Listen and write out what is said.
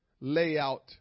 layout